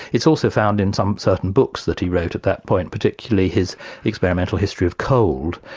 it's also found in some certain books that he wrote at that point, particularly his experimental history of cold,